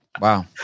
Wow